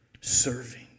serving